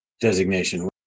designation